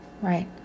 Right